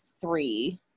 three